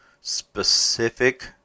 specific